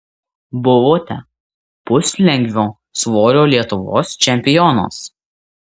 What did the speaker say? buvote puslengvio svorio lietuvos čempionas